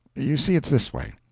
you see, it's this way.